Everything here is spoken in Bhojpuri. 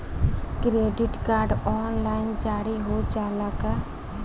क्रेडिट कार्ड ऑनलाइन जारी हो जाला का?